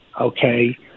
okay